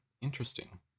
Interesting